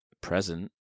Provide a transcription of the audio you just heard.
present